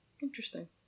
Interesting